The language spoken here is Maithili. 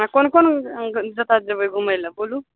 हँ कोन कोन जतऽ जेबय घुमय लए बोलू